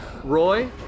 Roy